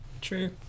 True